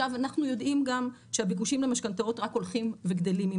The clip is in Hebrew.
אנחנו יודעים גם שהביקושים למשכנתאות רק הולכים וגדלים עם